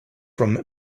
from